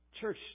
Church